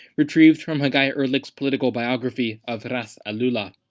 retrieved from haggai erlich's political biography of ras alula